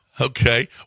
Okay